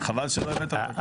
אורנה,